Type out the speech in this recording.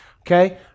Okay